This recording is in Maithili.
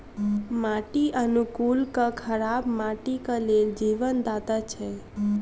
माटि अनुकूलक खराब माटिक लेल जीवनदाता छै